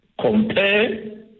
compare